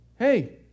Hey